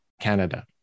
Canada